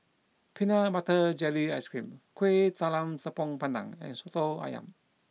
Peanut Butter Jelly Ice Cream Kuih Talam Tepong Pandan and Soto Ayam